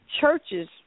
churches